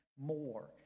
more